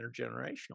intergenerational